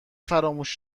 فراموش